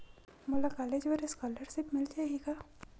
मोला कॉलेज बर स्कालर्शिप मिल जाही का?